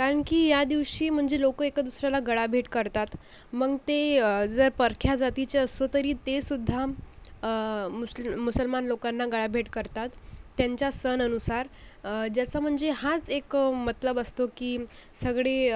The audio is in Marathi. कारण की या दिवशी म्हणजे लोकं एक दुसऱ्याला गळा भेट करतात मग ते जर परक्या जातीचे असलो तरी तेसुद्धा मुसल मुसलमान लोकांना गळा भेट करतात त्यांच्या सण अनुसार ज्याचा म्हणजे हाच एक मतलब असतो की सगळे